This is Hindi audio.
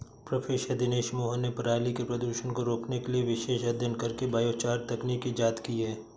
प्रोफ़ेसर दिनेश मोहन ने पराली के प्रदूषण को रोकने के लिए विशेष अध्ययन करके बायोचार तकनीक इजाद की है